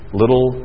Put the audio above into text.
little